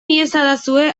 iezadazue